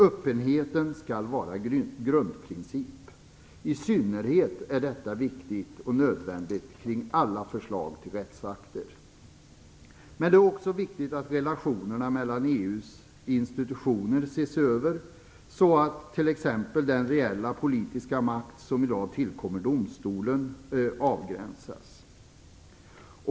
Öppenheten skall vara grundprincip, i synnerhet är detta viktigt vid alla förslag till rättsakter. Men det är också viktigt att relationerna mellan EU:s institutioner ses över så att t.ex. den reella politiska makt som i dag tillkommer domstolen avgränsas.